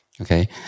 Okay